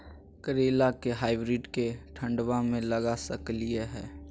करेला के हाइब्रिड के ठंडवा मे लगा सकय हैय?